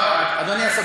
אדוני השר,